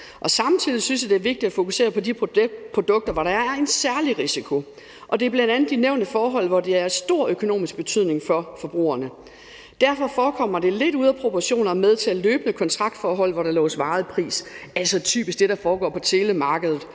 Og samtidig synes jeg, det er vigtigt at fokusere på de produkter, hvor der er en særlig risiko, og det er bl.a. de nævnte forhold, hvor det er af stor økonomisk betydning for forbrugerne. Derfor forekommer det lidt ude af proportioner at medtage løbende kontraktforhold, hvor der loves en varig pris, altså typisk det, der foregår på telemarkedet,